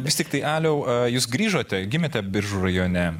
vis tiktai aliau jūs grįžote gimėte biržų rajone